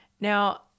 Now